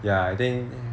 ya I think